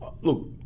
look